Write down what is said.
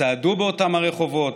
צעדו באותם הרחובות,